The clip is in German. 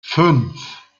fünf